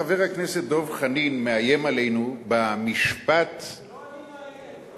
חבר הכנסת דב חנין מאיים עלינו במשפט זה לא אני מאיים.